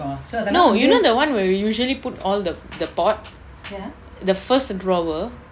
no you know the one where we usually put all the the pot the first drawer